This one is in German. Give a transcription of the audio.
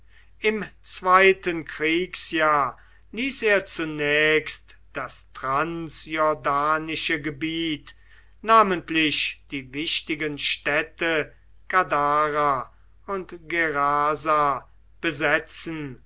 im zweiten kriegsjahr ließ er zunächst das transjordanische gebiet namentlich die wichtigen städte gadara und gerasa besetzen